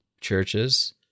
churches